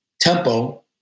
tempo